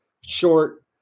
short